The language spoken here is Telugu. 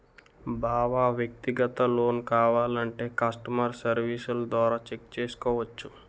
బావా వ్యక్తిగత లోన్ కావాలంటే కష్టమర్ సెర్వీస్ల ద్వారా చెక్ చేసుకోవచ్చు